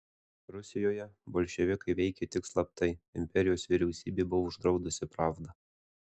rusijoje bolševikai veikė tik slaptai imperijos vyriausybė buvo uždraudusi pravdą